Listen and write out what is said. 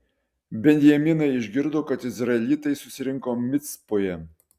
benjaminai išgirdo kad izraelitai susirinko micpoje